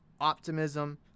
optimism